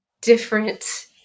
different